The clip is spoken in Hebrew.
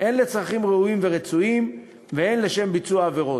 הן לצרכים ראויים ורצויים והן לשם ביצוע עבירות.